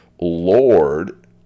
Lord